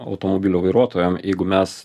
automobilių vairuotojam jeigu mes